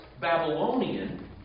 Babylonian